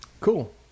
Cool